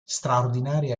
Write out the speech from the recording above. straordinaria